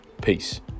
Peace